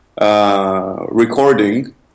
recording